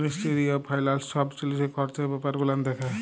ministry of ফাইলালস ছব জিলিসের খরচ ব্যাপার গুলান দ্যাখে